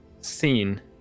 Scene